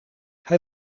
hij